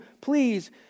please